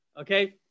Okay